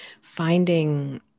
finding